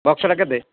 ବକ୍ସଟା କେତେ